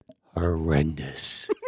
horrendous